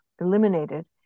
eliminated